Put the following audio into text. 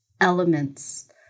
elements